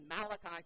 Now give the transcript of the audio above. Malachi